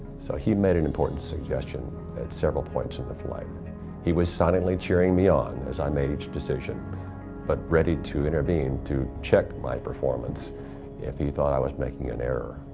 so he made an important suggestion at several points in the flight. he was silently cheering me on as i made each decision but ready to intervene, to check my performance if he thought i was making an error.